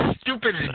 stupid